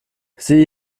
sieh